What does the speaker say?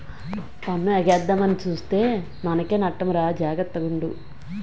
పన్ను ఎగేద్దామని సూత్తే మనకే నట్టమురా జాగర్త గుండు